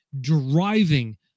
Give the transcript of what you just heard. driving